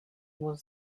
was